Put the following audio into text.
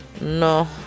No